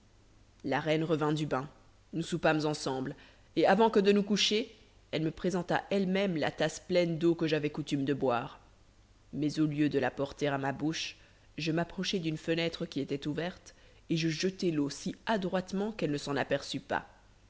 la reine revint du bain nous soupâmes ensemble et avant que de nous coucher elle me présenta elle-même la tasse pleine d'eau que j'avais coutume de boire mais au lieu de la porter à ma bouche je m'approchai d'une fenêtre qui était ouverte et je jetai l'eau si adroitement qu'elle ne s'en aperçut pas